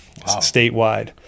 statewide